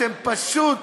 אתם פשוט